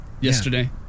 Yesterday